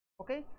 okay